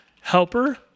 helper